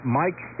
mike